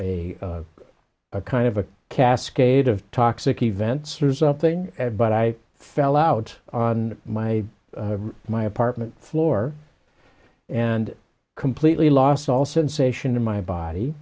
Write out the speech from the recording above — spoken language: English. or a kind of a cascade of toxic events or something but i fell out on my my apartment floor and completely lost all sensation in my body